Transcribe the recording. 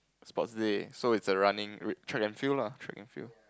sports day so is a running wait track and field lah track and field